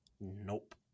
Nope